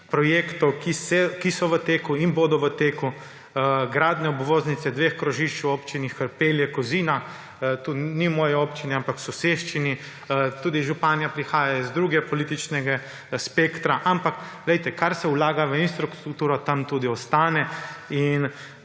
projektov, ki so v teku in bodo v teku: gradnja obvoznice, dveh krožišč v občini Hrpelje−Kozina, to ni moja občina, ampak je v soseščini, tudi županja prihaja iz drugega političnega spektra, ampak poglejte, kar se vlaga v infrastrukturo, tam tudi ostane.